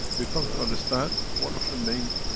we come to understand one of the main